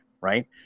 Right